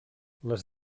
les